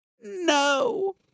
no